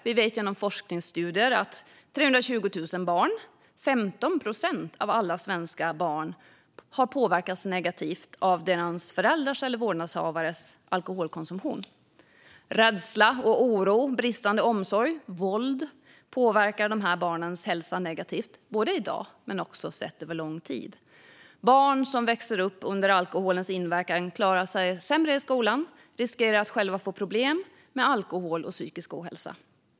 Vi vet genom forskningsstudier att 320 000 barn - 15 procent av alla svenska barn - har påverkats negativt av föräldrars eller vårdnadshavares alkoholkonsumtion. Rädsla och oro, bristande omsorg och våld påverkar de här barnens hälsa negativt i dag men också sett över lång tid. Barn som växer upp under alkoholens inverkan klarar sig sämre i skolan och riskerar att själva få problem med alkohol och psykisk ohälsa.